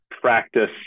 practice